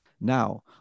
Now